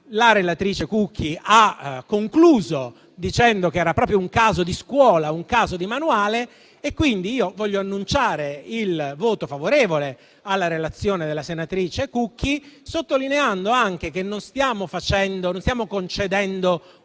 la relatrice Cucchi ha concluso dicendo che era proprio un caso di scuola, da manuale; voglio quindi annunciare il voto favorevole alla relazione della senatrice Cucchi, sottolineando anche che non stiamo concedendo un